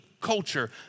culture